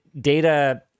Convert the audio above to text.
data